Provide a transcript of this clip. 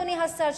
אדוני השר,